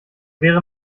wäre